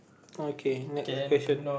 okay next question